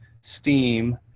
steam